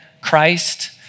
Christ